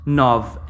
nove